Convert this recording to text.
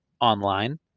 online